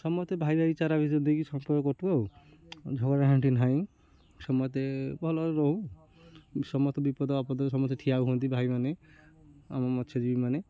ସମସ୍ତେ ଭାଇ ଭାଇ ଚାରା ଦେଇକି ସମ୍ପର୍କ କଟୁ ଆଉ ଝଗଡ଼ା ଝାଣ୍ଟି ନାହିଁ ସମସ୍ତେ ଭଲରେ ରହୁ ସମସ୍ତେ ବିପଦ ଅପଦ ସମସ୍ତେ ଠିଆ ହୁଅନ୍ତି ଭାଇମାନେ ଆମ ମଛଜୀବୀମାନେ